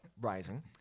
rising